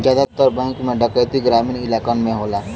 जादातर बैंक में डैकैती ग्रामीन इलाकन में होला